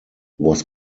was